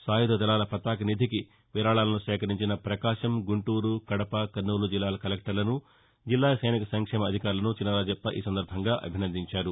సాయధ దళాల పతాక నిధికి విరాళాలను సేకరించిన పకాశం గుంటూరు కదప కర్నూలు జిల్లాల కలెక్టర్లను జిల్లా సైనిక సంక్షేమ అధికారులను చినరాజప్ప అభినందించారు